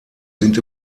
sind